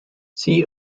see